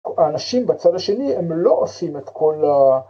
האנשים בצד השני הם לא עושים את כל ה..